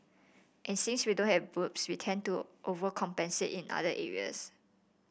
and since we don't have boobs we tend to overcompensate in other areas